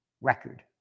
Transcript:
record